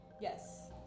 Yes